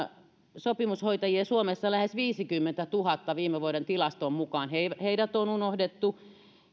sopimushoitajia on suomessa lähes viisikymmentätuhatta viime vuoden tilaston mukaan heidät heidät on unohdettu